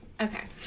Okay